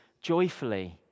joyfully